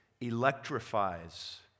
electrifies